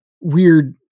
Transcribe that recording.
weird